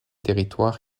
territoires